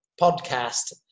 podcast